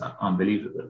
unbelievable